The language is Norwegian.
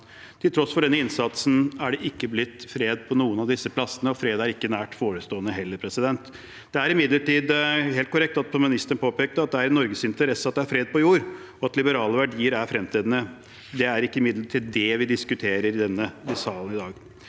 Til tross for denne innsatsen er det ikke blitt fred på noen av disse plassene, og fred er heller ikke nært forestående. Det er imidlertid helt korrekt, som ministeren påpekte, at det er i Norges interesse at det er fred på jord, og at liberale verdier er fremtredende. Det er imidlertid ikke det vi diskuterer i denne salen i dag.